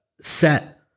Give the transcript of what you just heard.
set